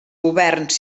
governs